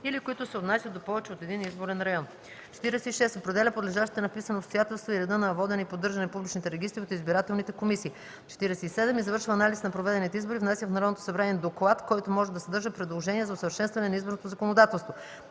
или които се отнасят за повече от един изборен район; 46. определя подлежащите на вписване обстоятелства и реда за водене и поддържане на публичните регистри от избирателните комисии; 47. извършва анализ на проведените избори и внася в Народното събрание доклад, който може да съдържа предложения за усъвършенстване на изборното законодателство.